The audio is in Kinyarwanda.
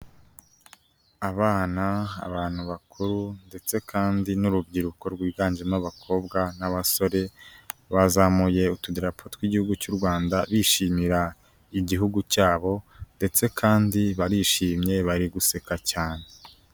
Abana, abantu bakuru ndetse kandi n'urubyiruko rwiganjemo abakobwa n'abasore, bazamuye utudarapo tw'igihugu cy'u Rwanda, bishimira igihugu cyabo ndetse kandi barishimye, bari guseka cyane.